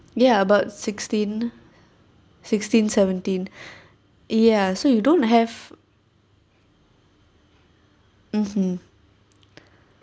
ya about sixteen sixteen seventeen ya so you don't have mmhmm